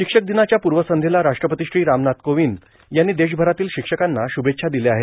शिक्षकदिनाच्या पूर्वसंध्येला राष्ट्रपती श्री रामनाथ कोविंद यांनी देशभरातील शिक्षकांना शुभेच्छा दिल्या आहेत